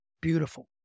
Beautiful